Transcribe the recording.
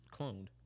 cloned